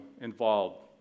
involved